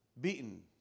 Beaten